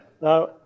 Now